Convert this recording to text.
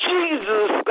Jesus